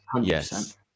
yes